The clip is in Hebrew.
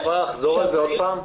את יכולה לחזור על זה שוב?